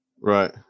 right